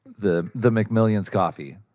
the the mcmillion's coffee.